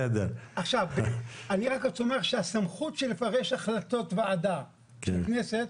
אני רק רוצה לומר שהסמכות לפרש החלטות ועדה של כנסת,